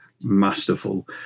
masterful